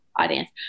audience